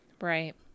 right